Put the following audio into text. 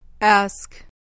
Ask